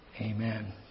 Amen